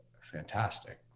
fantastic